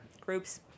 groups